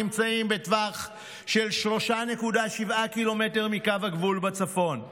נמצאים בטווח של 3.7 קילומטר מקו הגבול בצפון.